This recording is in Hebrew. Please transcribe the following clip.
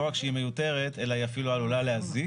לא רק שהיא מיותרת אלא היא אפילו עלולה להזיק